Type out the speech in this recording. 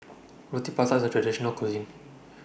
Roti Prata IS A Traditional Cuisine